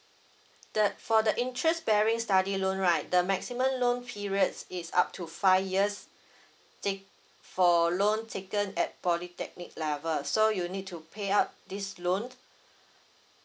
the for the interest bearing study loan right the maximum loan periods is up to five years take~ for loan taken at polytechnic level so you need to pay up this loan